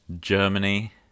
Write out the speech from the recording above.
Germany